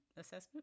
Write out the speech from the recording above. assessment